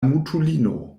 mutulino